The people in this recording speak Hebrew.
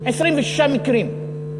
26 מקרים.